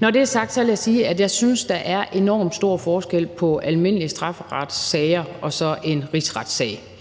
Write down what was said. Når det er sagt, vil jeg sige, at jeg synes, at der er enormt stor forskel på almindelige strafferetssager og så en rigsretssag.